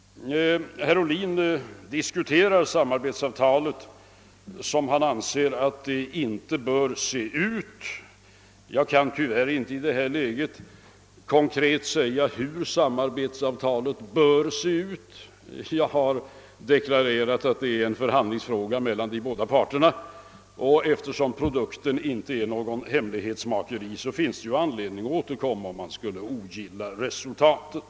Herr Ohlin diskuterar samarbetsavtalet och dess utformning — jag kan tyvärr i det rådande läget inte konkret säga hur samarbetsavtalet bör se ut. Jag har redan deklarerat att detta är en förhandlingsfråga mellan de båda parterna, och eftersom produkten inte är hemligstämplad, blir det ju tillfälle att återkomma, om han inte skulle gilla resultatet.